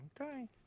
Okay